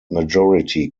majority